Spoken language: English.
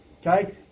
okay